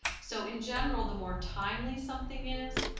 so in general, the more timely something is,